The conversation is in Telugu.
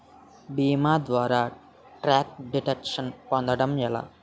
భీమా ద్వారా టాక్స్ డిడక్షన్ పొందటం ఎలా?